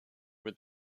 with